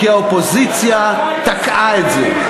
כי האופוזיציה תקעה את זה.